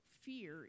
fear